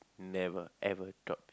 never ever drop the